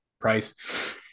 Price